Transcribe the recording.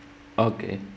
okay